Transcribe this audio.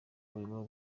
burimo